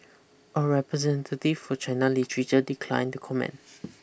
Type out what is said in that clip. a representative for China Literature declined to comment